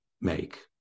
make